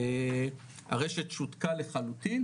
הרשת שותקה לחלוטין.